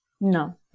no